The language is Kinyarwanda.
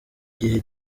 gihe